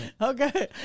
Okay